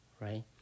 right